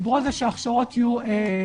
דיברו על זה שכל ההכשרות יהיו בזום,